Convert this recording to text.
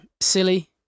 silly